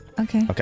Okay